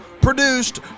Produced